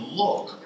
look